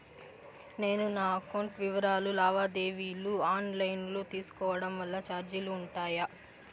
నేను నా అకౌంట్ వివరాలు లావాదేవీలు ఆన్ లైను లో తీసుకోవడం వల్ల చార్జీలు ఉంటాయా?